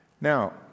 Now